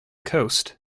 coast